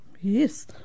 Yes